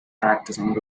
practising